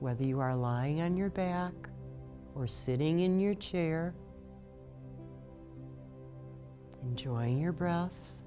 whether you are lying on your back or sitting in your chair enjoying your br